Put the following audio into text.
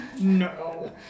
No